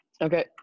Okay